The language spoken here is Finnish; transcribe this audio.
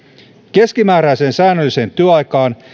keskimääräiseen säännölliseen työaikaan